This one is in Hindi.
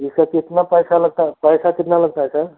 इसका कितना पैसा लगता है पैसा कितना लगता है सर